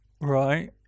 Right